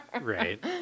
right